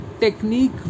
technique